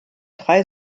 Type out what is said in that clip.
drei